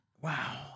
Wow